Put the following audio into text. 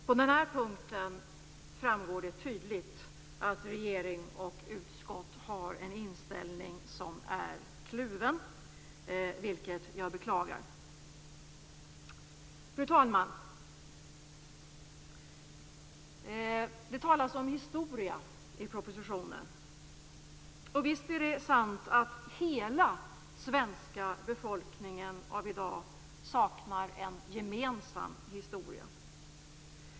På den här punkten framgår det tydligt att regering och utskott har en inställning som är kluven, vilket jag beklagar. Fru talman! Det talas om historia i propositionen. Visst är det sant att hela svenska befolkningen av i dag saknar en gemensam historia.